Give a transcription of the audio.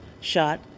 shot